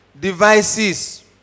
Devices